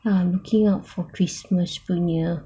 I'm looking out for christmas punya